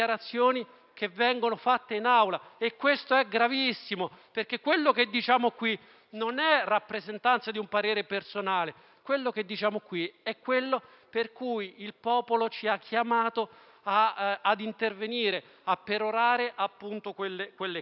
che vengono fatte in Aula. Questo è gravissimo, perché quello che diciamo qui non è rappresentanza di un parere personale, ma quello per cui il popolo ci ha chiamato a intervenire, a perorare appunto quelle cause.